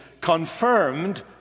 confirmed